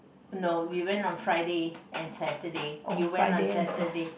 no we went on Friday and Saturday you went on Saturday